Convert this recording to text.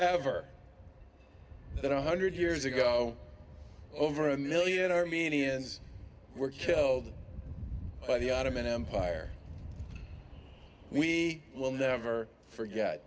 ever that one hundred years ago over a million armenians were killed by the ottoman empire we will never forget